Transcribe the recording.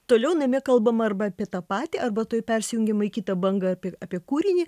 toliau namie kalbama arba apie tą patį arba tuoj persijungiama į kitą bangą apie kūrinį